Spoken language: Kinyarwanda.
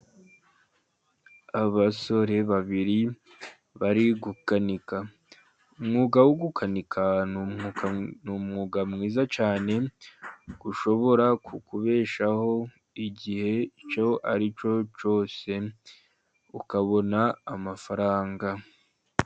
Abasore babiri bari gukanika. Umwuga wo gukanika ni umwuga mwiza cyane ushobora kukubeshaho igihe icyaricyo cyose ukabona amafaranga.